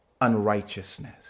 unrighteousness